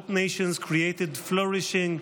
both nations created flourishing,